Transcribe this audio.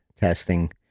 testing